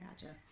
Gotcha